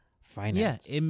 finance